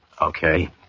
Okay